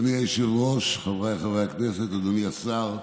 אדוני היושב-ראש, חבריי חברי הכנסת, אדוני השר,